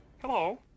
Hello